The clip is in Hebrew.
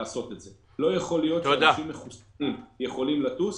לא יכול להיות שאנשים מחוסנים יכולים לטוס